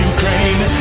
Ukraine